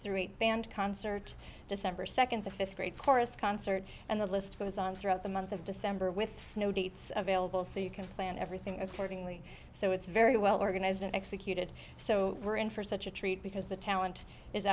eight band concert december second the fifth grade chorus concert and the list goes on throughout the month of december with snow dates available so you can plan everything accordingly so it's very well organized and executed so we're in for such a treat because the talent is